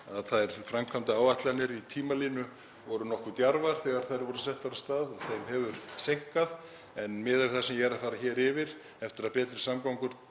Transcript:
að framkvæmdaáætlanir í tímalínu voru nokkuð djarfar þegar þær voru settar af stað. Þeim hefur seinkað. En miðað við það sem ég er að fara hér yfir, eftir að Betri samgöngur